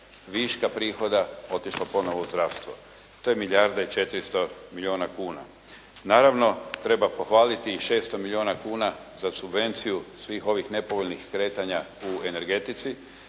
viška prihoda otišlo ponovo u zdravstvo. To je milijarda i 400 milijuna kuna. Naravno, treba pohvaliti i 600 milijuna kuna za subvenciju svih ovih nepovoljnih kretanja u energetici